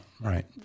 right